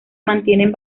mantienen